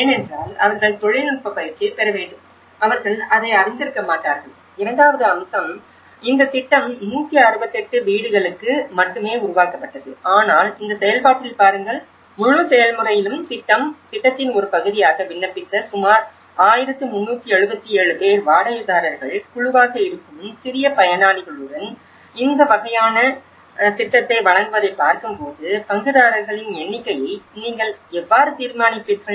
ஏனென்றால் அவர்கள் தொழில்நுட்பப் பயிற்சியைப் பெற வேண்டும் அவர்கள் அதை அறிந்திருக்க மாட்டார்கள் இரண்டாவது அம்சம் இந்த திட்டம் 168 வீடுகளுக்கு மட்டுமே உருவாக்கப்பட்டது ஆனால் இந்த செயல்பாட்டில் பாருங்கள் முழு செயல்முறையிலும் திட்டத்தின் ஒரு பகுதியாக விண்ணப்பித்த சுமார் 1377 பேர் வாடகைதாரர்கள் குழுவாக இருக்கும் சிறிய பயனளிகளுடன் இந்த வகையான திட்டத்தை வழங்குவதைப் பார்க்கும்போது பங்குதாரர்களின் எண்ணிக்கையை நீங்கள் எவ்வாறு தீர்மானிப்பீர்கள்